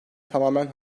tamamen